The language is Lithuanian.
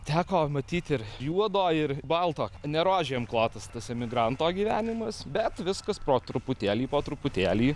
teko matyti ir juodo ir balto ne rožėm klotas tas emigranto gyvenimas bet viskas pro truputėlį po truputėlį